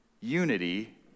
unity